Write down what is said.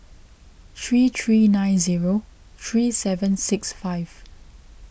three three nine zero three seven six five